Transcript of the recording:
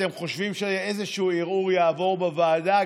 אתם חושבים שאיזשהו ערעור יעבור בוועדה,